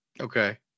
Okay